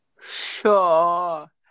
Sure